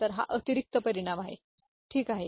तर हा अतिरिक्त परिणाम आहे ठीक आहे